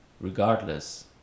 regardless